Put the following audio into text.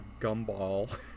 gumball